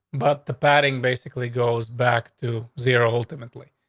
but the padding basically goes back to zero. ultimately,